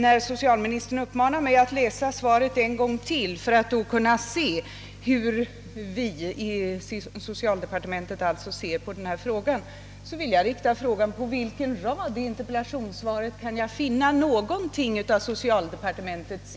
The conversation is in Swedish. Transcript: När socialministern uppmanar mig att läsa svaret en gång till för att kunna se hur »vi» — i socialdepartementiet alltså — ser på detta probiem, vill jag till socialministern rikta frågan: På vilken rad i interpellationssvaret kan jag finna någonting om socialministerns